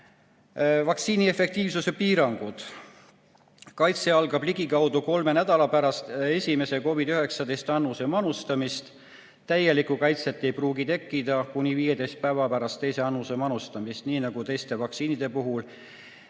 Vaktsiini efektiivsuse piirangud. Kaitse algab ligikaudu kolme nädala pärast esimese COVID-19 [vaktsiini AstraZeneca] annuse manustamisest. Täielikku kaitset ei pruugi tekkida kuni 15 päeva pärast teise annuse manustamist. Nii nagu teiste vaktsiinide puhul,